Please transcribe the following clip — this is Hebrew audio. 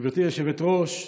גברתי היושבת-ראש,